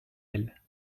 elle